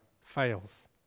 fails